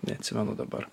neatsimenu dabar